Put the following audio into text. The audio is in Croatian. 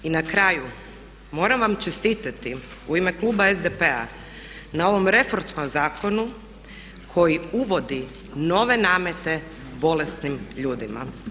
I na kraju moram vam čestitati u ime kluba SDP-a na ovom reformskom zakonu koji uvodi nove namete bolesnim ljudima.